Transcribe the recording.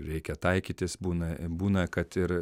reikia taikytis būna būna kad ir